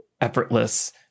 effortless